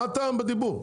מה הטעם בדיבור?